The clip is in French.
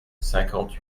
cinquante